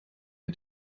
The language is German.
mit